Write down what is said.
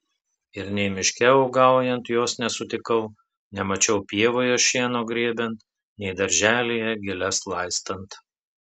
ir nei miške uogaujant jos nesutikau nemačiau pievoje šieno grėbiant nei darželyje gėles laistant